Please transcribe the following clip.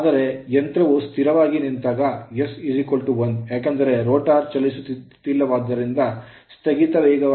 ಆದರೆ ಯಂತ್ರವು ಸ್ಥಿರವಾಗಿ ನಿಂತಾಗ s 1 ಏಕೆಂದರೆ ರೋಟರ್ ಚಲಿಸುತ್ತಿಲ್ಲವಾದ್ದರಿಂದ ಸ್ಥಗಿತವಾಗಿರುವಾಗ n 0